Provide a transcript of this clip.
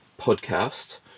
podcast